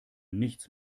nichts